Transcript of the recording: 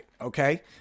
Okay